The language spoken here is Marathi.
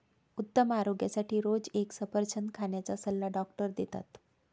उत्तम आरोग्यासाठी रोज एक सफरचंद खाण्याचा सल्ला डॉक्टर देतात